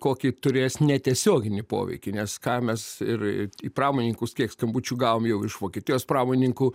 kokį turės netiesioginį poveikį nes ką mes ir į pramoninkus kiek skambučių gavom jau iš vokietijos pramonininkų